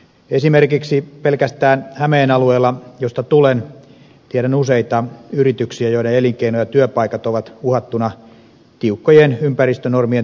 esimerkiksi pelkästään hämeen alueelta josta tulen tiedän useita yrityksiä joiden elinkeino ja työpaikat ovat uhattuina ympäristönormien tiukkojen tulkintojen takia